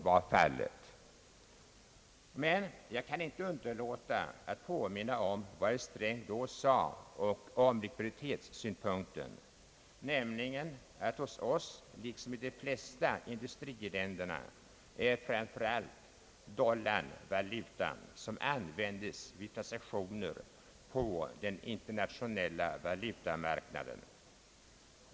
Jag kan emellertid inte underlåta att påminna om vad herr Sträng då sade om likviditetssynpunkten, nämligen att hos oss liksom i de flesta industriländerna är framför allt dollarn den valuta som användes vid transaktioner på den internationella valutamarknaden.